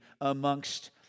amongst